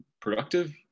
productive